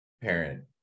parent